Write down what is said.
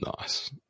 Nice